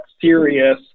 serious